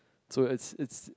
so it's it's